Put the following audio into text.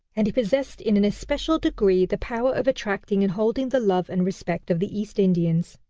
and he possessed in an especial degree the power of attracting and holding the love and respect of the east indians.